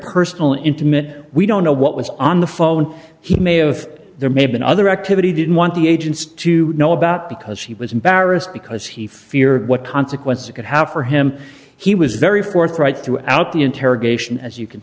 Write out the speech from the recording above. personal intimate we don't know what was on the phone he may have there may have been other activity didn't want the agents to know about because he was embarrassed because he feared what consequences could have for him he was very forthright throughout the interrogation as you can